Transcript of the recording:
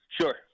Sure